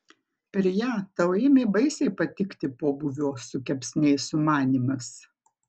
per ją tau ėmė baisiai patikti pobūvių su kepsniais sumanymas